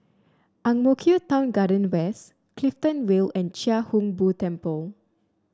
Ang Mo Kio Town Garden West Clifton Vale and Chia Hung Boo Temple